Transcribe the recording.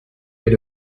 allé